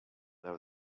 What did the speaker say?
there